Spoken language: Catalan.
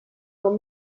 com